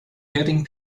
getting